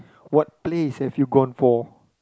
what place have you gone for